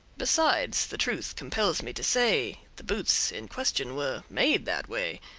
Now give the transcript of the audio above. besides, the truth compels me to say, the boots in question were made that way.